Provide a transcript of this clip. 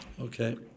Okay